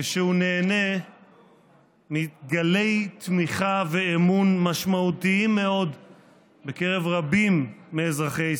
כשהוא נהנה מגלי תמיכה ואמון משמעותיים מאוד בקרב רבים מאזרחי ישראל.